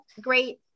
great